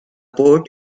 port